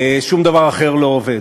שום דבר אחר לא עובד.